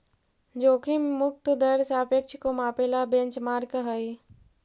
जोखिम मुक्त दर सापेक्ष को मापे ला बेंचमार्क हई